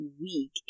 week